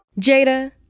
Jada